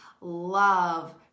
love